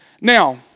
Now